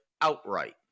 outright